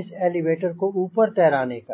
इस एलीवेटर को ऊपर तैराने का